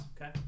okay